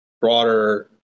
broader